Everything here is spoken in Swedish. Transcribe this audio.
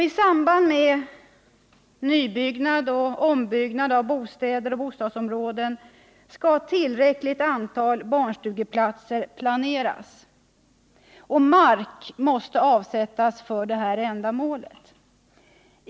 I samband med nybyggnad och ombyggnad av bostäder och bostadsområden skall tillräckligt antal barnstugeplatser planeras. Och mark måste avsättas för detta ändamål.